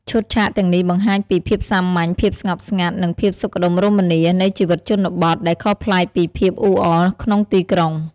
ឈុតឆាកទាំងនេះបង្ហាញពី ភាពសាមញ្ញ ភាពស្ងប់ស្ងាត់ និងភាពសុខដុមរមនា នៃជីវិតជនបទ ដែលខុសប្លែកពីភាពអ៊ូអរក្នុងទីក្រុង។